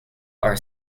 our